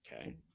Okay